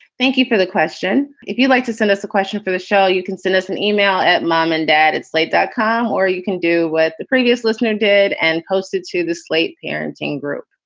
thank you for the question. if you'd like to send us a question for the show, you can send us an e-mail at mom and dad at slate dot com, or you can do what the previous listener did and posted to the slate parenting group.